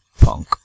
punk